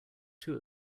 two